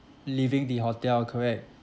leaving the hotel correct